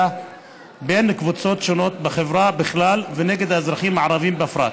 בין קבוצות שונות בחברה בכלל ונגד האזרחים הערבים בפרט.